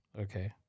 okay